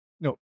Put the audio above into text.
No